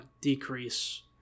decrease